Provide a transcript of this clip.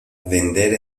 vender